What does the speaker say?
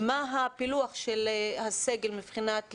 מה הפילוח שלש הסגל מבחינת לאום,